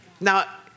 Now